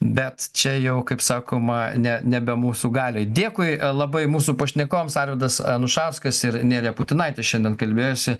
bet čia jau kaip sakoma ne nebe mūsų galioj dėkui labai mūsų pašnekovams arvydas anušauskas ir nerija putinaitė šiandien kalbėjosi